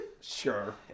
Sure